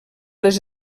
les